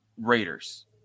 Raiders